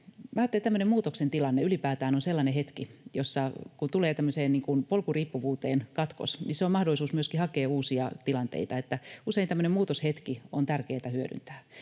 muutoksen tilanne ylipäätään, kun tulee polkuriippuvuuteen katkos, on sellainen hetki, jossa on iso mahdollisuus myöskin hakea uusia tilanteita. Usein tämmöinen muutoshetki on tärkeätä hyödyntää,